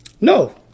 No